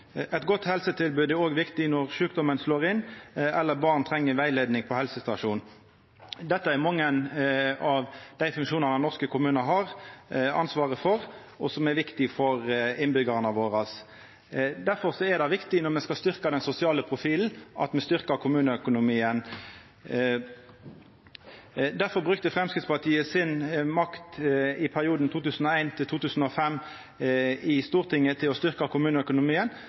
Eit godt helsetilbod er òg viktig når sjukdom slår inn, eller når barn treng rettleiing på helsestasjon. Dette er mange av dei funksjonane norske kommunar har ansvaret for, og som er viktige for innbyggjarane våre, og difor er det viktig når me skal styrkja den sosiale profilen, at me styrkjer kommuneøkonomien. Difor brukte Framstegspartiet si makt i Stortinget i perioden 2001–2005 til å styrkja kommuneøkonomien,